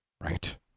Right